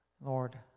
Lord